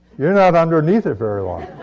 you're not underneath it very long.